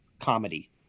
comedy